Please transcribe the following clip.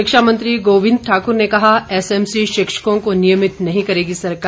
शिक्षा मंत्री गोविंद ठाकुर ने कहा एसएमसी शिक्षकों को नियमित नहीं करेगी सरकार